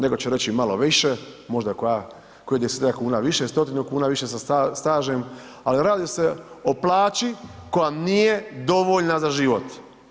Netko će reći malo više, možda kojih 10-ak kuna više, stotinu kuna više sa stažem, ali radi se o plaći koja nije dovoljna za život.